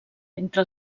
entre